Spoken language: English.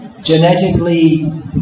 genetically